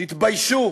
תתביישו.